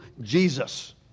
Jesus